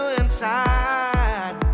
inside